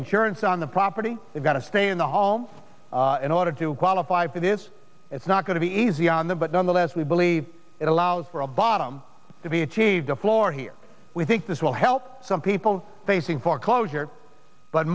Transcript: insurance on the property they've got to stay in the home in order to qualify that is it's not going to be easy on them but nonetheless we believe it allows for a bottom to be achieved a floor here we think this will help some people facing foreclosure but